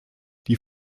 die